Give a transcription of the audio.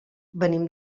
venim